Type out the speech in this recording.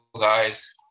guys